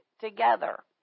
together